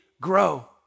grow